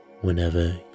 whenever